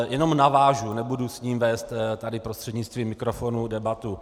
Jenom navážu, nebudu s ním vést tady prostřednictvím mikrofonu debatu.